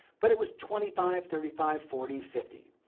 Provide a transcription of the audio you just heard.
but it was twenty five, thirty five, forty, fifty.